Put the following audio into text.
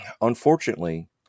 unfortunately